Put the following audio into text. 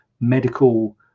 medical